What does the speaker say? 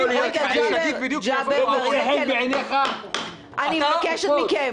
אני מבקשת מכם